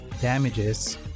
damages